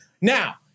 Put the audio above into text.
Now